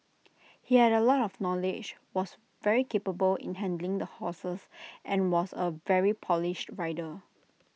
he had A lot of knowledge was very capable in handling the horses and was A very polished rider